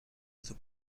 hizo